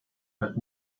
hat